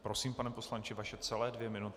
Prosím, pane poslanče, vaše celé dvě minuty.